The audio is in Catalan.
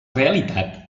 realitat